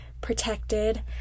protected